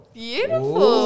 Beautiful